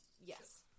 Yes